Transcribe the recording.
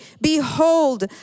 Behold